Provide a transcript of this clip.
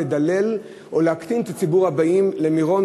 לדלל או להקטין את ציבור הבאים למירון,